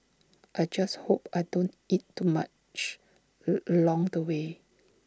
I just hope I don't eat too much A along the way